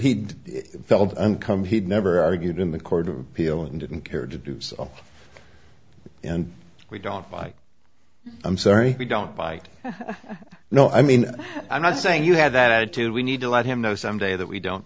he'd felt and come he'd never argued in the court of appeal and didn't care to do so and we don't like i'm sorry we don't bite no i mean i'm not saying you have that attitude we need to let him know someday that we don't